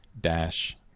dash